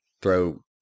throw